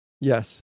Yes